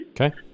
Okay